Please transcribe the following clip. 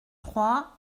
trois